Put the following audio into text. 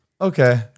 Okay